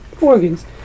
organs